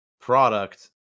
product